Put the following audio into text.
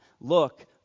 Look